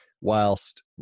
whilst